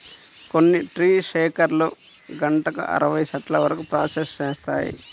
కొన్ని ట్రీ షేకర్లు గంటకు అరవై చెట్ల వరకు ప్రాసెస్ చేస్తాయి